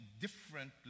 different